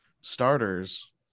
starters